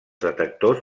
detectors